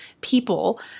people